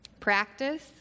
Practice